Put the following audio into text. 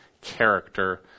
character